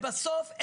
בסוף,